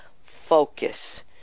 focus